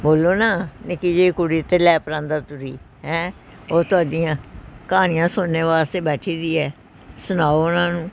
ਬੋਲੋ ਨਾ ਨਿੱਕੀ ਜਿਹੀ ਕੁੜੀ ਅਤੇ ਲੈ ਪਰਾਂਦਾ ਤੁਰੀ ਹੈਂਅ ਉਹ ਤੁਹਾਡੀਆਂ ਕਹਾਣੀਆਂ ਸੁਣਨੇ ਵਾਸਤੇ ਬੈਠੀ ਦੀ ਹੈ ਸੁਣਾਓ ਉਹਨਾਂ ਨੂੰ